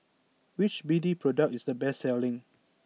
which B D product is the best selling